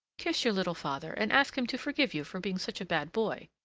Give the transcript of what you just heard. kiss your little father, and ask him to forgive you for being such a bad boy.